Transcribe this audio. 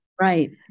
Right